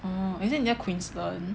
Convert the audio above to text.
oh is it near Queensland